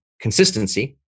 consistency